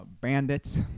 bandits